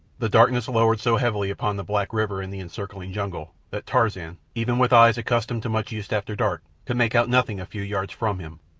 the darkness lowered so heavily upon the black river and the encircling jungle that tarzan, even with eyes accustomed to much use after dark, could make out nothing a few yards from him.